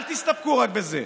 אל תסתפקו רק בזה.